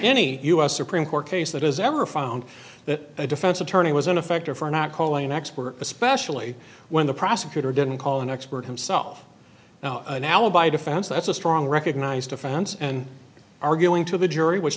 any u s supreme court case that has ever found that a defense attorney was in effect or for not calling an expert especially when the prosecutor didn't call an expert himself now an alibi defense that's a strong recognized defense and arguing to the jury w